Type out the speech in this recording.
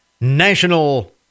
National